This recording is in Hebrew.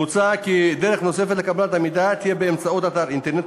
מוצע כי דרך נוספת לקבלת המידע תהיה באמצעות אתר אינטרנט,